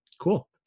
Cool